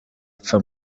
apfa